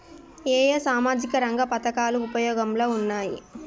ఏ ఏ సామాజిక రంగ పథకాలు ఉపయోగంలో ఉన్నాయి?